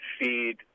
feed